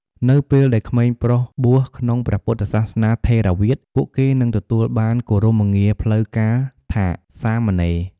នៅពេលដែលក្មេងប្រុសបួសក្នុងព្រះពុទ្ធសាសនាថេរវាទ ពួកគេនឹងទទួលបានគោរមងារផ្លូវការថា "សាមណេរ"។